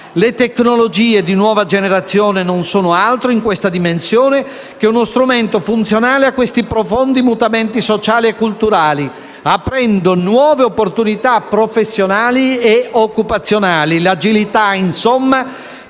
Le tecnologie di nuova generazione non sono altro, in questa dimensione, che uno strumento funzionale a questi profondi mutamenti sociali e culturali, aprendo nuove opportunità professionali e occupazionali. L'agilità, insomma,